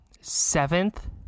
seventh